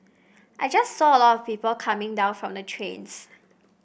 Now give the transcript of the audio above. I just saw a lot of people coming down from the trains